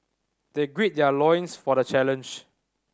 they gird their loins for the challenge